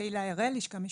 תהילה אראל, לשכה משפטית.